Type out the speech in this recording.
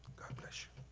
god bless you.